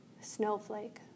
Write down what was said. snowflake